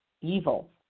evil